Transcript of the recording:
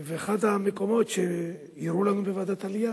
ואחד המקומות שהראו לנו בוועדת העלייה